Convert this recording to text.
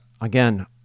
again